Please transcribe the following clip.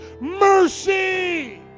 mercy